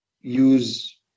use